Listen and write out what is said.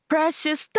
Precious